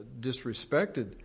disrespected